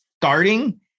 starting